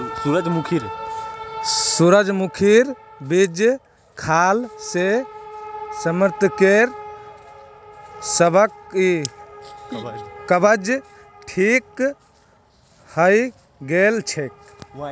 सूरजमुखीर बीज खाल से सार्थकेर कब्ज ठीक हइ गेल छेक